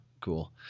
Cool